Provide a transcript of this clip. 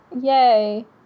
Yay